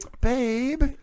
babe